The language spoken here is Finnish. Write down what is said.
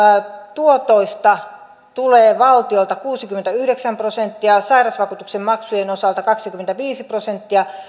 tuotoista tulee valtiolta kuusikymmentäyhdeksän prosenttia sairausvakuutuksen maksujen osalta kaksikymmentäviisi prosenttia